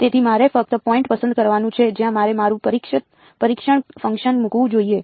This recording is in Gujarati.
તેથી મારે ફક્ત પોઈન્ટ પસંદ કરવાનું છે જ્યાં મારે મારું પરીક્ષણ ફંક્શન મૂકવું જોઈએ